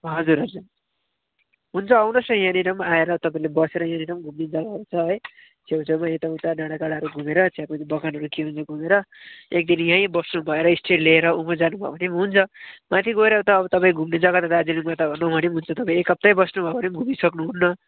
हजुर हजुर हुन्छ आउनुहोस् न यहाँनिर पनि आएर तपाईँले बसेर यहाँनिर घुम्ने जग्गाहरू छ है छेउछेउमा यताउता डाँडाकाँडाहरू घुमेर चियापत्ती बगानहरूतिर पनि घुमेर एक दिन यहीँ बस्नु भएर स्टे लिएर उभो जानुभयो भने पनि हुन्छ माथि गएर त अब तपाईँ घुम्ने जग्गा त दार्जिलिङमा त नभने पनि हुन्छ तपाईँ एक हप्तै बस्नुभयो भने पनि घुमिसक्नु हुन्न